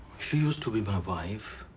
she used to be my wife.